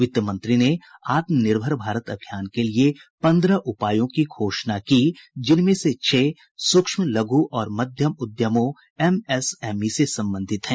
वित्त मंत्री ने आत्मनिर्भर भारत अभियान के लिए पंद्रह उपायों की घोषणा की जिनमें से छह सूक्ष्म लघु और माध्यम उद्यमों एमएसएमई से संबंधित हैं